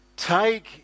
Take